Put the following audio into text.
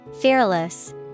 Fearless